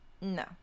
no